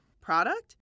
product